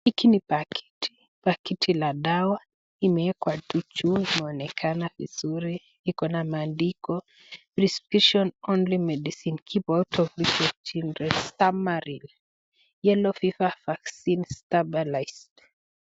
Hiki ni pakiti. Pakiti la dawa imewekwa tu juu inaonekana vizuri. Iko na maandiko Prescription only medicine. Keep out of reach of children. Summerill Yellow fever vaccine stabilized .